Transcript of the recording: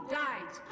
died